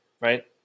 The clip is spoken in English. Right